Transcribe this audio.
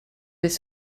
des